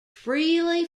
freely